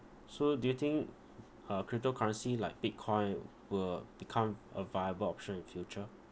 so do you think uh cryptocurrency like Bitcoin will become a viable option in future